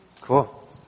Cool